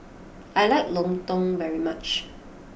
I like Lontong very much